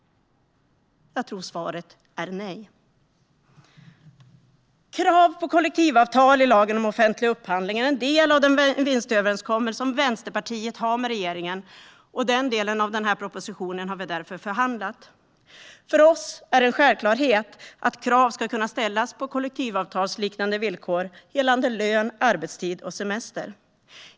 Jag tror att svaret är nej. Krav på kollektivavtal i lagen om offentlig upphandling är en del av den vinstöverenskommelse som Vänsterpartiet har med regeringen, och den delen av propositionen har vi därför förhandlat om. För oss är det en självklarhet att krav ska kunna ställas på kollektivavtalsliknande villkor gällande lön, arbetstid och semester.